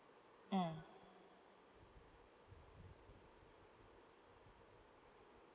mm